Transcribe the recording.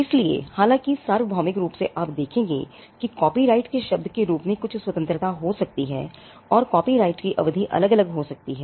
इसलिए हालांकि सार्वभौमिक रूप से आप देखेंगे कि कॉपीराइट के शब्द के रूप में कुछ स्वतंत्रता हो सकती है और काॅपीराइट की अवधि अलग अलग हो सकती है